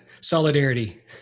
Solidarity